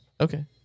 Okay